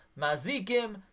mazikim